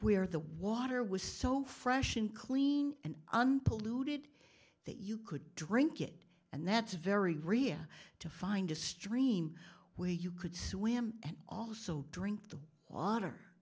where the water was so fresh and clean and unpolluted that you could drink it and that's very rare to find a stream where you could swim and also drink the water